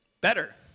better